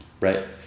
Right